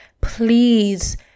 please